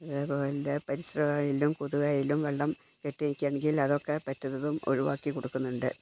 ഇതേപോലെ പരിസരം ആയാലും കൊതുക് ആയാലും വെള്ളം കെട്ടിനിൽക്കുന്നെങ്കിൽ അതൊക്കെ പറ്റുന്നതും ഒഴിവാക്കി കൊടുക്കുന്നുണ്ട്